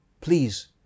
please